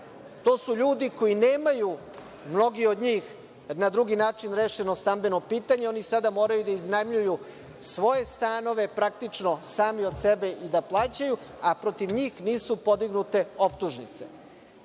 To su ljudi koji nemaju, mnogi od njih, na drugi način rešeno stambeno pitanje. Oni sada moraju da iznajmljuju svoje stanove, praktično, sami od sebe i da plaćaju, a protiv njih nisu podignute optužnice. Zato